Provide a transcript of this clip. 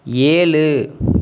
ஏழு